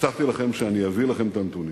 הבטחתי לכם שאני אביא לכם את הנתונים,